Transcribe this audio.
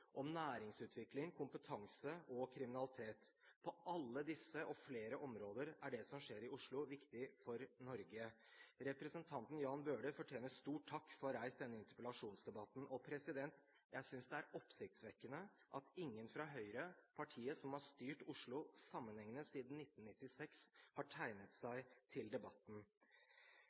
næringsutvikling, kompetanse og kriminalitet. På alle disse og flere områder er det som skjer i Oslo, viktig for Norge. Representanten Jan Bøhler fortjener stor takk for å ha reist denne interpellasjonen. Og jeg synes det er oppsiktsvekkende at ingen fra Høyre – partiet som har styrt Oslo sammenhengende siden 1996 – har tegnet seg til debatten.